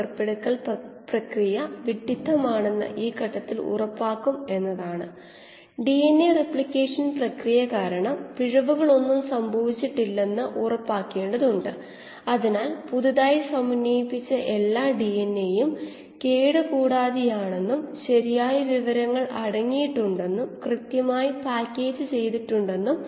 cell productivity Dm പരമാവധി ഉൽപാദനക്ഷമതയിലെത്തുന്നതുവരെ വർദ്ധിച്ചുകൊണ്ടിരിക്കും തുടർന്ന് അത് പൂജ്യമാകുന്ന ക്രിട്ടികൽ ഡൈല്യൂഷൻ റേറ്റ് വരെ കുറയുകയും ചെയ്യും